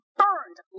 burned